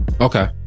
Okay